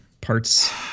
parts